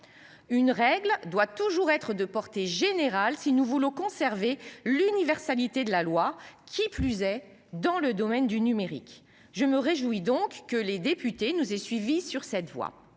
Une règle doit toujours être de portée générale, si nous voulons conserver l'universalité de la loi qui plus est dans le domaine du numérique. Je me réjouis donc que les députés nous est suivi sur cette voie.